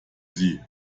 sie